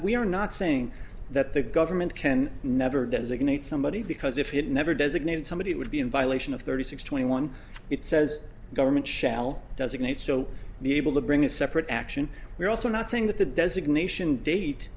are not saying that the government can never designate somebody because if it never designated somebody it would be in violation of thirty six twenty one it says government shall designate so be able to bring a separate action we're also not saying that the designation date